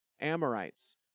Amorites